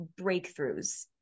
breakthroughs